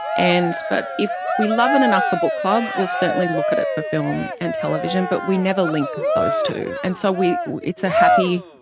and, but if we love it enough for book club, we'll certainly look at it for film and television, but we never link those two. and so it's a happy,